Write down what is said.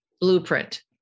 blueprint